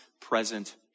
present